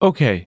Okay